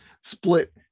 Split